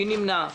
מי נמנע.